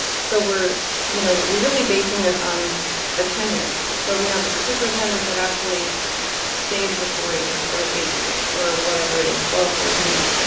so we're you know we're really basing this on a tenure. so we have superintendents that actually stayed for four years or eight years or whatever it is, twelve, fourteen years.